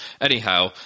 anyhow